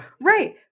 right